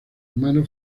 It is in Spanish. hermano